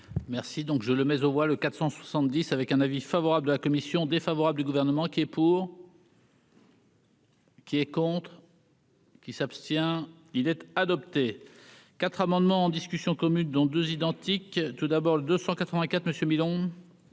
Merci donc je le mais voit le 470 avec un avis favorable de la commission défavorable du gouvernement qui est pour. Qui est contre. Qui s'abstient-il être adopté 4 amendements en discussion commune dont 2 identique tout d'abord le 284 monsieur